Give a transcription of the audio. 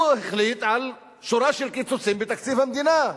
הוא החליט על שורה של קיצוצים בתקציב המדינה,